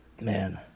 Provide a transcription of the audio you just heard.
Man